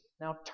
now